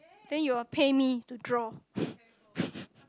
then you will pay me to draw